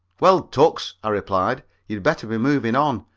well, tucks, i replied, you'd better be moving on.